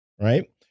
right